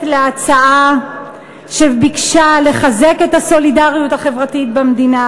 להצעה שביקשה לחזק את הסולידריות החברתית במדינה,